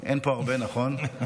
אין פה הרבה, נכון.